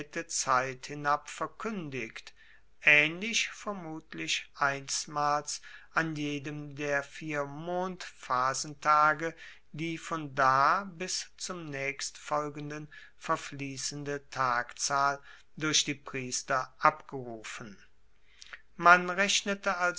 zeit hinab verkuendigt aehnlich vermutlich einstmals an jedem der vier mondphasentage die von da bis zum naechstfolgenden verfliessende tagzahl durch die priester abgerufen man rechnete